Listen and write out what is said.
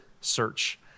search